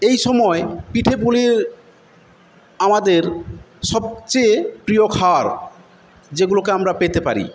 এই সময় পিঠেপুলি আমাদের সবচেয়ে প্রিয় খাওয়ার যেগুলোকে আমরা পেতে পারি